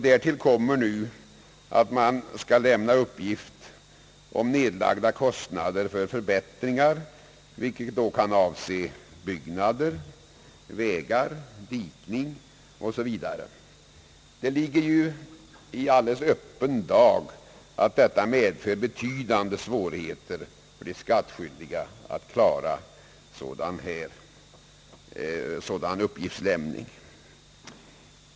Därtill kommer att man skall uppge nedlagda kostnader för förbättringar, vilket då kan avse byggnader, vägar, dikning osv. Det ligger i alldeles öppen dag att det medför betydande svårigheter för de skattskyldiga att klara sådant uppgiftslämnande.